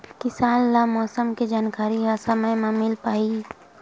किसान ल मौसम के जानकारी ह समय म मिल पाही?